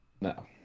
No